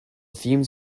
fumes